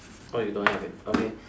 oh you don't have it okay